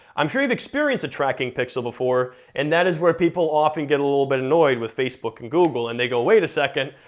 i'm sure you've experienced the tracking pixel before, and that is where people often get a little bit annoyed with facebook and google, and they go, wait a second,